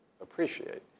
appreciate